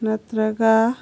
ꯅꯠꯇ꯭ꯔꯒ